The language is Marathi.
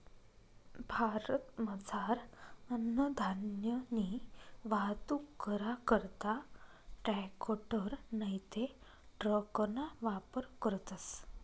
भारतमझार अन्नधान्यनी वाहतूक करा करता ट्रॅकटर नैते ट्रकना वापर करतस